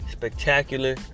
spectacular